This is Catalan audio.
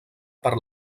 per